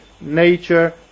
nature